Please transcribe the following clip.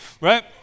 right